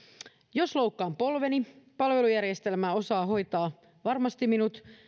jos loukkaan polveni palvelujärjestelmä osaa hoitaa varmasti minut